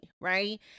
right